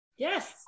Yes